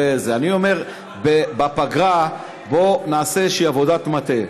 אני אומר, בפגרה, בוא נעשה איזושהי עבודת מטה.